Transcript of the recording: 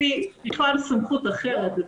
לפי סמכות אחרת בכלל,